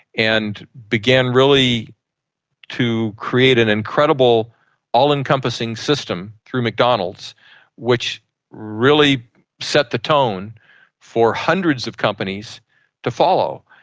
and began really to create an incredible all-encompassing system through mcdonald's which really set the tone for hundreds of companies to follow.